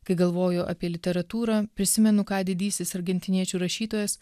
kai galvoju apie literatūrą prisimenu ką didysis argentiniečių rašytojas